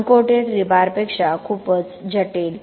unquoted रीबारपेक्षा खूपच जटिल